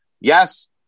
Yes